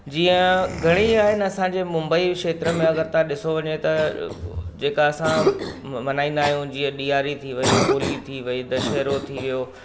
जीअं घणेई आहिनि असांजे मुंबई खेत्र में अगरि तव्हां ॾिसो वञे त जेका असां मल्हाईंदा आहियूं जीअं ॾीआरी थी वई होली थी वई दशहरो थी वियो